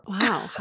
Wow